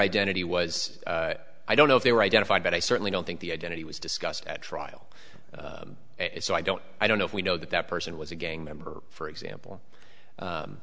identity was i don't know if they were identified but i certainly don't think the identity was discussed at trial so i don't know i don't know if we know that that person was a gang member for example